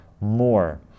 more